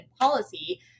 policy